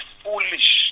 foolish